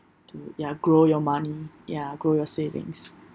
to ya grow your money ya grow your savings